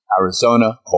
Arizona